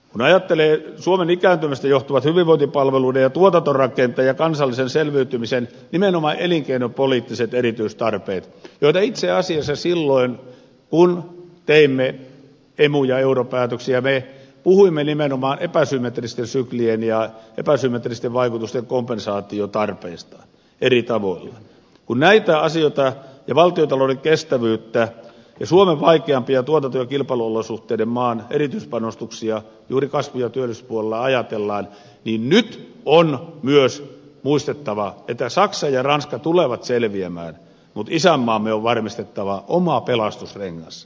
kun ajatellaan suomen ikääntymisestä johtuvien hyvinvointipalveluiden ja tuotantorakenteen ja kansallisen selviytymisen nimenomaan elinkeinopoliittisia erityistarpeita itse asiassa silloin kun teimme emu ja europäätöksiä puhuimme nimenomaan epäsymmetristen syklien ja vaikutusten kompensaatiomahdollisuuksista eri tavoilla kun näitä asioita ja valtiontalouden kestävyyttä ja suomen vaikeampien tuotanto ja kilpailuolosuhteiden erityispanostuksia juuri kasvu ja työllisyyspuolella ajatellaan niin nyt on myös muistettava että saksa ja ranska tulevat selviämään mutta isänmaamme on varmistettava oma pelastusrengas